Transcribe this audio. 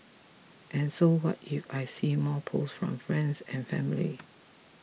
and so what if I see more posts from friends and family